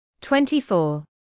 24